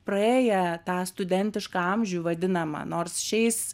praėję tą studentišką amžių vadinamą nors šiais